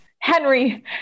Henry